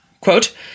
Quote